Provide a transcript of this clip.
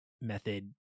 method